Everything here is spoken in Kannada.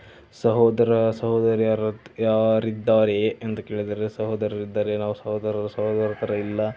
ಸಹೋದರ ಸಹೋದರಿಯರು ಯಾರಿದ್ದಾರೆ ಎಂದು ಕೇಳಿದರೆ ಸಹೋದರರಿದ್ದಾರೆ ನಾವು ಸಹೋದರರು ಸಹೋದರರ ಥರ ಇಲ್ಲ